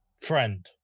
friend